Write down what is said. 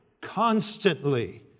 constantly